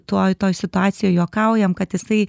tuoj toj situacijoj juokaujam kad jisai